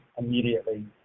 immediately